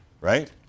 Right